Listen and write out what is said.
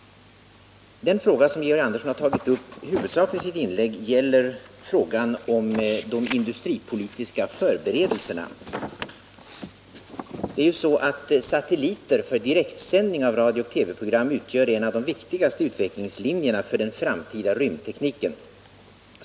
Den fråga som Georg Andersson huvudsakligen berört i sitt inlägg är frågan om de industripolitiska förberedelserna. Satelliter för direktsändning av radiooch TV-program utgör en av de viktigaste utvecklingslinjerna för den framtida rymdtekniken.